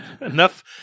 Enough